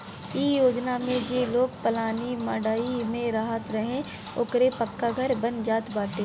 इ योजना में जे लोग पलानी मड़इ में रहत रहे अब ओकरो पक्का घर बन जात बाटे